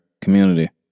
community